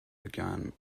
began